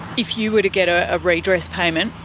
if you were to get a redress payment,